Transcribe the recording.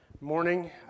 morning